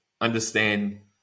understand